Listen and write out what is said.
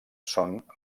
són